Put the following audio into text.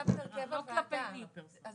אז